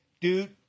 Dude